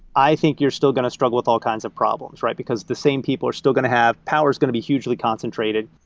i think you're still going to struggle with all kinds of problems, because the same people are still going to have power is going to be hugely concentrated.